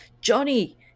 Johnny